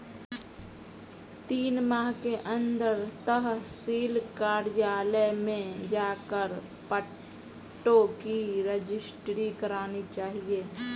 तीन माह के अंदर तहसील कार्यालय में जाकर पट्टों की रजिस्ट्री करानी चाहिए